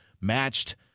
matched